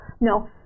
No